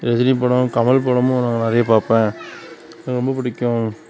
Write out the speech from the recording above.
ரஜினி படமும் கமல் படமும் நான் நிறையா பார்ப்பேன் எனக்கு ரொம்ப பிடிக்கும்